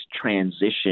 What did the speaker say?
transition